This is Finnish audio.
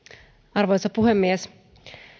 arvoisa puhemies